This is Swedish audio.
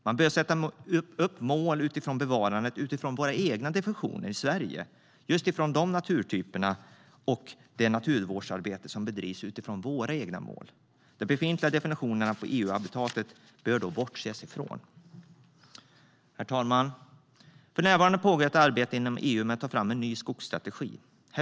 Vi bör sätta upp mål för bevarandet utifrån våra egna definitioner i Sverige av naturtyperna. Och det handlar om det naturvårdsarbete som bedrivs utifrån våra egna mål. De befintliga definitionerna av EU-habitaten bör man då bortse ifrån. Herr talman! För närvarande pågår ett arbete inom EU med att ta fram en ny skogsstrategi.